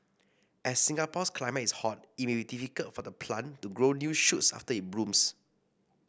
as Singapore's climate is hot it may be difficult for the plant to grow new shoots after it blooms